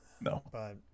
no